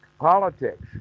Politics